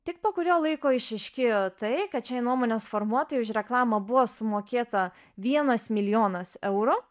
tik po kurio laiko išryškėjo tai kad šiai nuomonės formuotojai už reklamą buvo sumokėta vienas milijonas eurų